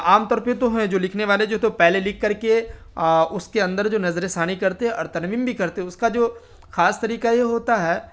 عام طور پہ تو ہے جو لکھنے والے جو تو پہلے لکھ کر کے اس کے اندر جو نظر ثانی کرتے ہیں اور ترمیم بھی کرتے ہیں اس کا جو خاص طریقہ یہ ہوتا ہے